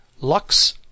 lux